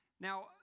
Now